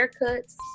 Haircuts